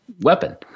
Weapon